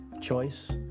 choice